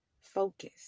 focus